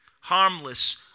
harmless